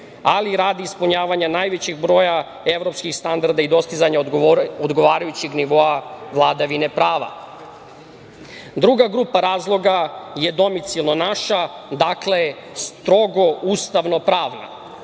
ali i radi ispunjavanja najvećeg broja evropskih standarda i dostizanja odgovarajućeg nivoa vladavine prava. Druga grupa razloga je domicilno naša, dakle, strogo ustavno-pravna.